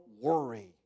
worry